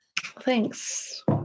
Thanks